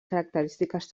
característiques